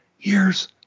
years